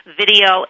video